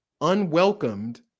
unwelcomed